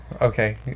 okay